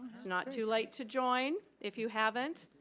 it's not too late to join, if you haven't.